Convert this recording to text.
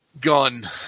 Gun